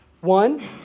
One